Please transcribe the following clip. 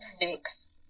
fix